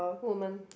woman